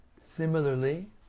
Similarly